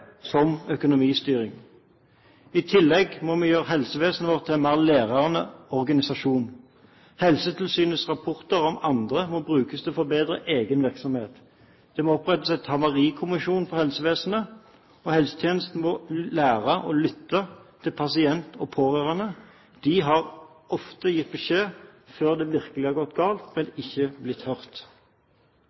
på økonomistyring. I tillegg må vi gjøre helsevesenet vårt til en mer lærende organisasjon. Helsetilsynets rapporter om andre må brukes til å forbedre egen virksomhet. Det må også opprettes en havarikommisjon for helsevesenet. Helsetjenesten må lære å lytte til pasient og pårørende. De har ofte gitt beskjed før det har gått virkelig galt, men ikke blitt hørt.